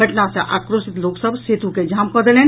घटना सॅ आक्रोशित लोक सभ सेतु के जाम कऽ देलनि